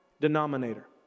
denominator